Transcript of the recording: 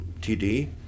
TD